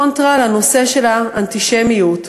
קונטרה לנושא של האנטישמיות.